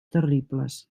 terribles